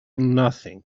nothing